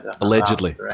allegedly